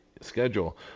schedule